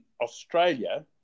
Australia